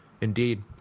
Indeed